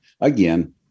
again